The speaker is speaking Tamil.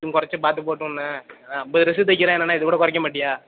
குறச்சி பார்த்து போட்டுடுண்ணே ஐம்பது டிரஸ்ஸு தைக்கிறேன் என்னனே இது கூட குறைக்க மாட்டியா